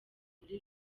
muri